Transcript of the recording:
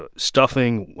but stuffing,